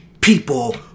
people